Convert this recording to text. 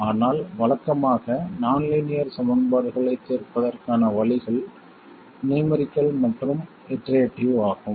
ஆனால் வழக்கமாக நான் லீனியர் சமன்பாடுகளைத் தீர்ப்பதற்கான வழிகள் நியூமெரிக்கல் மற்றும் இட்டரேட்டிவ் ஆகும்